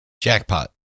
Jackpot